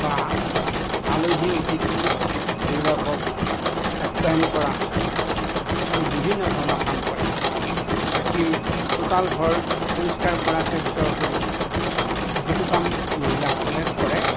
বা আলহী অতিথি এইবিলাকক আপ্যায়ন কৰা আদি বিভিন্ন ধৰণৰ কাম কৰে বাকী চোতাল ঘৰ পৰিস্কাৰ কৰাকে ভিতৰ কৰি বহুতো কাম মহিলাসকলে কৰে